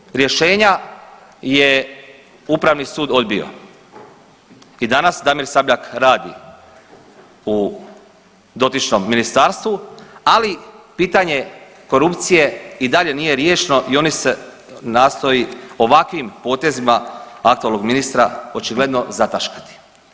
Ta ova rješenja je Upravni sud odbio i danas Damir Sabljak radi u dotičnom ministarstvu, ali pitanje korupcije i dalje nije riješeno i ono se nastoji ovakvim potezima aktualnog ministra očigledno zataškati.